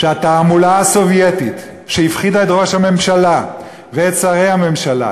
שהתעמולה הסובייטית שהפחידה את ראש הממשלה ואת שרי הממשלה,